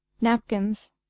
napkins